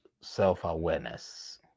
self-awareness